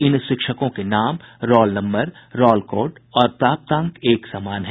इन शिक्षकों के नाम रौल नम्बर रौल कोड और प्राप्तांक एक समान हैं